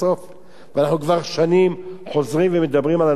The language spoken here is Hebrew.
ואנחנו כבר שנים חוזרים ומדברים על הנושא הזה.